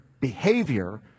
behavior